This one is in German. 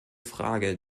frage